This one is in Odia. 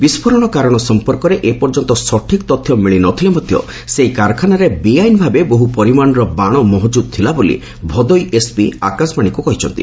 ବିସ୍ଫୋରଣ କାରଣ ସମ୍ପର୍କରେ ଏ ପର୍ଯ୍ୟନ୍ତ ସଠିକ୍ ତଥ୍ୟ ମିଳିନଥିଲେ ମଧ୍ୟ ସେହି କାରଖାନାରେ ବେଆଇନ୍ ଭାବେ ବହୁ ପରିମାଣର ବାଣ ମହକୁଦ୍ ଥିଲା ବୋଲି ଭଦୋହି ଏସ୍ପି ଆକାଶବାଣୀକୁ କହିଛନ୍ତି